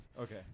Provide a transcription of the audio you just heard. Okay